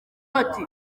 ati